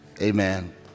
amen